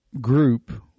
group